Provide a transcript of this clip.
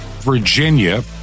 Virginia